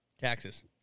Taxes